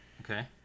Okay